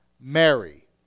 Mary